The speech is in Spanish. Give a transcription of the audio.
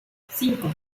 cinco